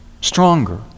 Stronger